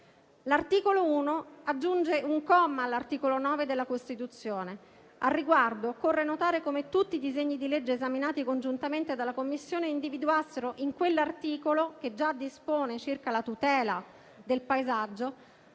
L'articolo 1 aggiunge un comma all'articolo 9 della Costituzione. Al riguardo, occorre notare come tutti i disegni di legge esaminati congiuntamente dalla Commissione individuassero in quell'articolo, che già dispone circa la tutela del paesaggio,